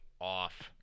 off